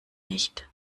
nicht